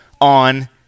on